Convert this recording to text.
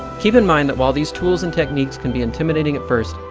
keep in mind, that while these tools and techniques can be intimidating at first,